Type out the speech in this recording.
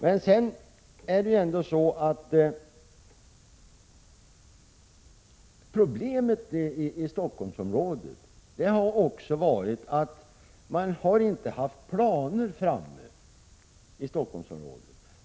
Dessutom har man i Stockholmsområdet inte haft planer färdiga.